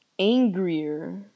angrier